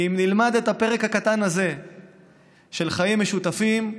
אם נלמד את הפרק הקטן הזה של חיים משותפים,